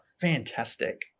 Fantastic